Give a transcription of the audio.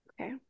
Okay